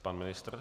Pan ministr?